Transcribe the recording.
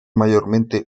mayormente